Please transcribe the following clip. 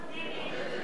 הכנסת)